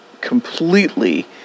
completely